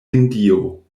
hindio